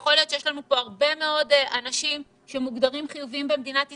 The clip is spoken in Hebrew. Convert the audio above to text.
יכול להיות שיש לנו פה הרבה מאוד אנשים שמוגדרים חיוביים במדינת ישראל,